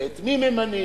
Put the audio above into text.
ואת מי ממנים,